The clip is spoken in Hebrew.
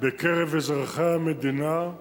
בקרב אזרחי המדינה.